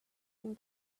can